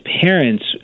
parents